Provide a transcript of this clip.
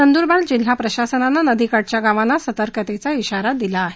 नंदुरबार जिल्हा प्रशासनाने नदीकाठच्या गावाना सतर्कतेचा ध्वारा देखील दिला आहे